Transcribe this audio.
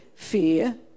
...fear